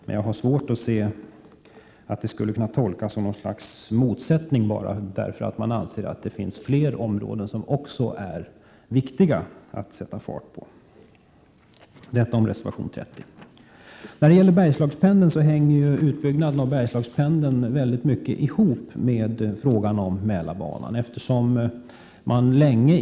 Men jag har svårt att se att det faktum att man anser att det finns fler områden som är viktiga skulle kunna tolkas som någon motsättning. Det var vad jag ville säga om reservation 30. Utbyggnaden av Bergslagspendeln hänger nära samman med frågan om Mälarbanan.